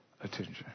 attention